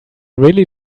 really